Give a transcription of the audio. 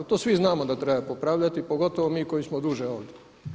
To svi znamo da treba popravljati pogotovo mi koji smo duže ovdje.